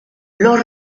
los